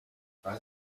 کنارت